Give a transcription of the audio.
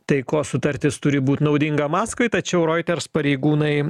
taikos sutartis turi būt naudinga maskvai tačiau reuters pareigūnai